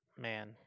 man